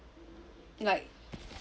like